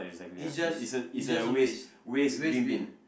is just is just a waste waste bin